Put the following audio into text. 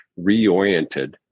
reoriented